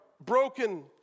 broken